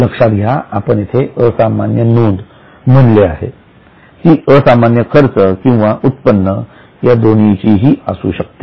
लक्षात घ्या आपण येथे असामान्य नोंद म्हणले आहे ती असामान्य खर्च किंवा उत्पन्न दोन्हीची असू शकते